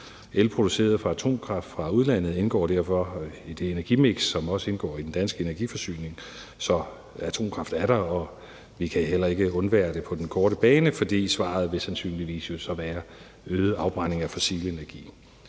El produceret fra atomkraft fra udlandet indgår derfor i det energimiks, som også indgår i den danske energiforsyning. Så atomkraft er her, og vi kan heller ikke undvære det på den korte bane, for svaret vil sandsynligvis så være øget afbrænding af fossil energi.